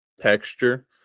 texture